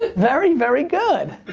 very, very good.